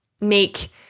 make